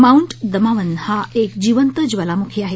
mount Damavand हा एक जिवंत ज्वालामुखी आहे